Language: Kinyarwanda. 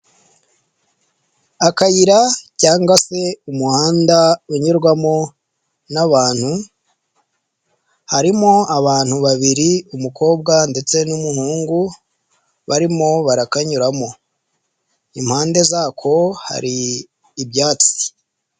Akayira cyangwa se umuhanda unyurwamo n'abantu, harimo abantu babiri umukobwa ndetse n'umuhungu, barimo barakanyuramo. impande zako hari ibyatsi.